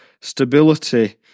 stability